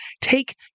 take